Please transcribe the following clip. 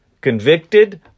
convicted